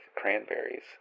cranberries